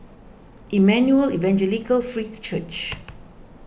Emmanuel Evangelical Free Church